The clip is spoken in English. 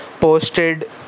Posted